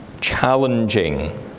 challenging